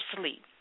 sleep